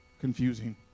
confusing